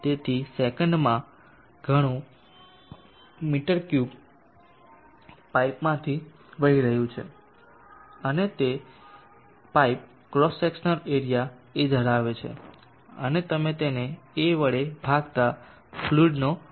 તેથી દર સેકન્ડમાં ઘણું મી3 પાઇપમાંથી વહી રહ્યું છે અને તે pipe cross section area A ધરાવે છે અને તમે તેને A વડે ભાગતા ફ્લુઈડ નો વેગ મળે છે